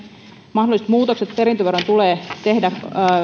mahdolliset muutokset perintöveroon tulee tehdä